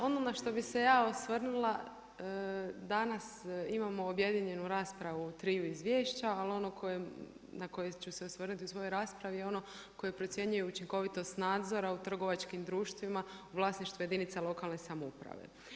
Ono na što bih se ja osvrnula danas imamo objedinjenu raspravu triju izvješća, a ono na koje ću se osvrnuti u svojoj raspravi je ono koje procjenjuje učinkovitost nadzora u trgovačkim društvima u vlasništvu jedinica lokalne samouprave.